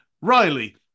Riley